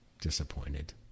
disappointed